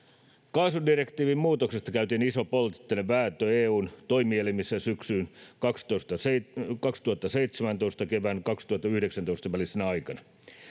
kaasudirektiivin muutoksesta käytiin iso poliittinen vääntö eun toimielimissä syksyn kaksituhattaseitsemäntoista ja kevään kaksituhattayhdeksäntoista välisenä aikana